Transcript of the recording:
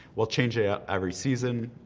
we'll change it up every season.